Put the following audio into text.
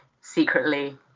secretly